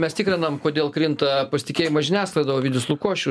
mes tikrinam kodėl krinta pasitikėjimas žiniasklaida ovidijus lukošių